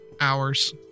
hours